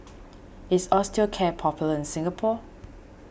is Osteocare popular in Singapore